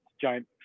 giant